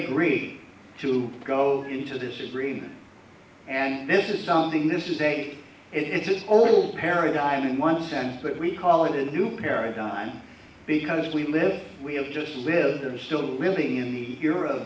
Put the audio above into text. agreed to go into this agreement and this is something this is a it's just old paradigm in one sense but we call it a new paradigm because we live we have just lived and still living in the e